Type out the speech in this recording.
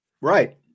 Right